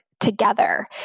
Together